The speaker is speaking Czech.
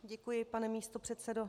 Děkuji, pane místopředsedo.